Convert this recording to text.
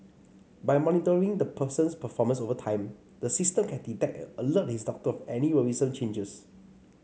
by monitoring the person's performance over time the system can detect and alert his doctor of any worrisome changes